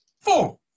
Four